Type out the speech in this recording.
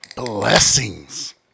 Blessings